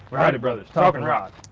rowdy brothers talking rock!